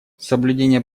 соблюдение